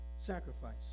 sacrifice